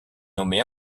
nommée